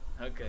okay